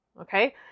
Okay